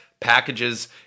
packages